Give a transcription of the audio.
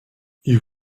you